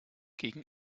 gegen